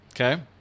Okay